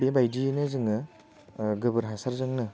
बेबायदियैनो जोङो गोबोर हासारजोंनो